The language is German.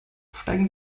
steigen